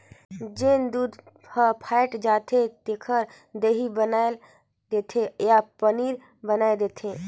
जेन दूद हर फ़ायट जाथे तेखर दही बनाय देथे या पनीर बनाय देथे